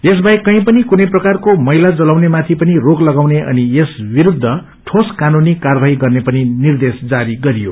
यसबाहेक कही पनि कुनै प्रकारको मैला जलाउने माथि पनि रोक लगाउने अनि यस विरूद्व ठोस कानूनी कार्यवाही गर्ने पनिनिद्देश जारी गरियो